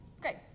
Great